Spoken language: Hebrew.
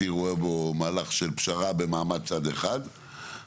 רואה בו מהלך של פשרה במעמד צד אחד,